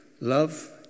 Love